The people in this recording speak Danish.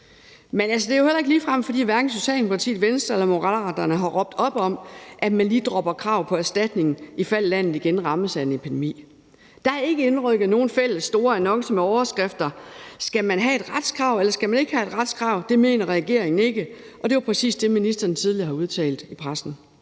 det er jo heller ikke ligefrem fordi, at hverken Socialdemokratiet, Venstre eller Moderaterne har råbt op om, at man lige dropper krav på erstatning, ifald landet igen rammes af en epidemi. Der er ikke indrykket nogen fælles store annoncer med overskriften: »Skal man have et retskrav, eller skal man ikke have et retskrav? Det mener regeringen ikke«. Og det er jo præcis det, ministeren tidligere har udtalt i pressen.